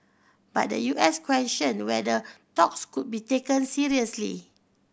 but the U S questioned whether talks could be taken seriously